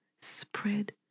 spread